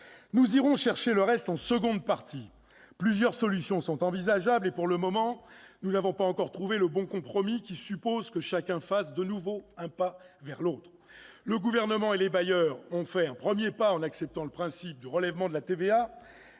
Nous irons chercher le reste en seconde partie. Plusieurs solutions sont envisageables. Nous n'avons pas encore trouvé le bon compromis, celui qui suppose que chacun fasse de nouveau un pas vers l'autre. Le Gouvernement et les bailleurs en ont fait un premier en acceptant le principe du relèvement de la TVA.